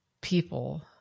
people